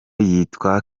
yitwa